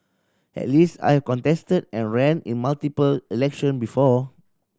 at least I have contested and ran in multiple election before